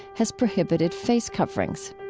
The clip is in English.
has prohibited face coverings.